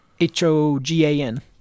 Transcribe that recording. h-o-g-a-n